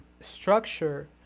structure